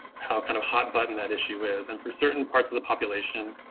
how kind of hot button that issue is, and for certain parts of the population,